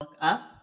up